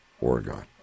Oregon